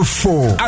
four